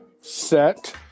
set